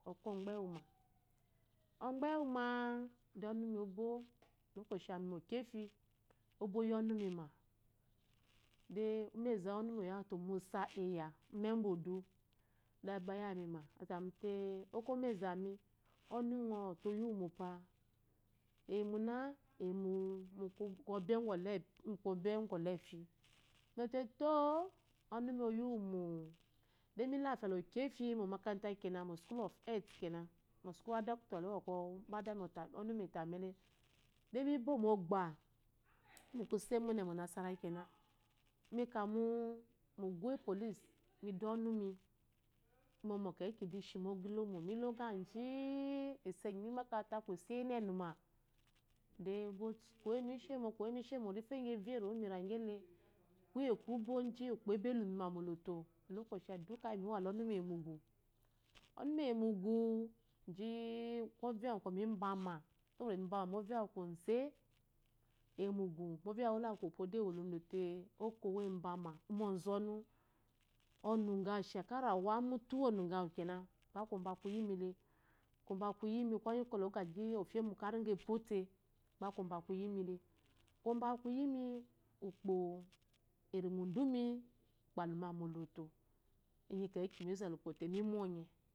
Olokaci awu miyi mu okeffi obo ya ɔnumamade umeza uwu ɔnumi oyawtute omusa ɛya ume uwu odu ayamima azamite ȯkȯ uwu umezami, ɔnunghɔ ɔte oyiwu pa, eyi muna eyimu kɔbe ngwa olepi, me zɔte tȯ to ɔnumi oyi wu mo, de mu lafa la keffi omakata kena, mu oskul of health, oskul uwu mba adocto ole uwu ba ɔnumi atale, de mi bo mogba, mikusė mune mu onasara kena, mikȧ mu uguh uwu epolice, mi bo mi du ɔnumi mɔmɔ ke kewu de ishimi oga lɔmo, mi lɔgaji-i, iso enyi mi mata akwu iso lyi ɛnimena, de oyi mo ishemo, lji vifo ngi evya erewo lgi iragile, kuye kuboji ukpo aba lumima moloto olokaci awu duka lyi mi wa ɔnumi eyi mugu. ɔnumi eyi mugu ji-i ovya uwu bɔkɔ mi bȧmȧ, mi bȧmȧ mu ovya uwu kɔze eyi mugu ovya uwu uwo la kupo de ewolo ȯdȯ ke okowu embama ume ozɔnu. ɔnugawa shaka rawa mutu uwu onugawu kena gba kobȧ ku yi mi le, kobȧ kuyi mi kɔni ogigi ofemu kari nge epȯ de gba kobȧ ku yi mi te. kobȧ kuyi mi ukpo eri mu udumi ukpo alumima moloto mi zala ukpo te mi mɔnye.